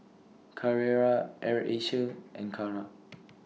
Carrera Air Asia and Kara